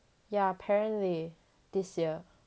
yeah apparently this year yeah